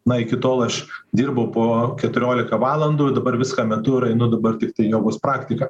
na iki tol aš dirbau po keturiolika valandų dabar viską metu ir einu dabar tiktai jogos praktika